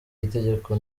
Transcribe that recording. itegeko